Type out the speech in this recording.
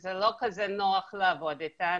שזה לא כזה נוח לעבוד איתנו,